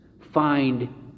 find